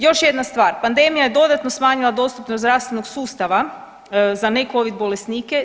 Još jedna stvar, pandemija je dodatno smanjila dostupnost zdravstvenog sustava za ne covid bolesnike.